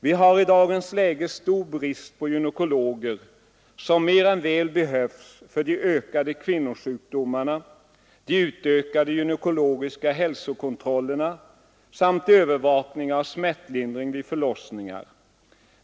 Vi har i dagens läge stor brist på gynekologer som mer än väl behövs för de ökade kvinnosjukdomarna, de utökade gynekologiska hälsokontrollerna samt övervakning av smärtlindring vid förlossningar.